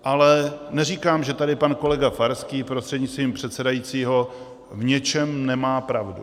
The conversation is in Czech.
Ale neříkám, že tady pan kolega Farský prostřednictvím předsedajícího v něčem nemá pravdu.